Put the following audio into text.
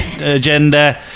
agenda